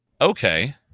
Okay